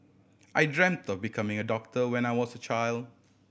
I dreamt of becoming a doctor when I was a child